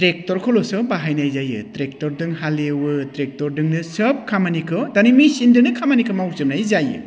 ट्रेक्टरखौल'सो बाहायनाय जायो ट्रेक्टरदों हाल एवो ट्रेक्टरजोंनो सोब खामानिखौ दानि मेशिनजोंनो खामानिखौ मावजोबनाय जायो